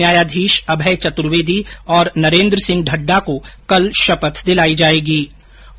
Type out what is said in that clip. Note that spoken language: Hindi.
न्यायाधीश अभय चतुर्वेदी अर नरेन्द्र सिंह ढडडा नै काल शपथ दिलाई जावेला